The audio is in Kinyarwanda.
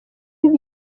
ibi